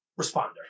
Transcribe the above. responder